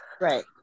right